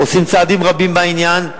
עושים צעדים רבים בעניין.